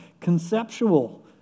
conceptual